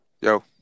yo